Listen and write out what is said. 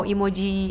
Emoji